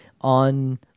on